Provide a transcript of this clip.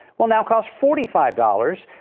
well now costs forty five dollars.